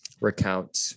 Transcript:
recount